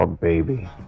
baby